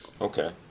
Okay